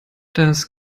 das